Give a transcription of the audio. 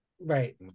Right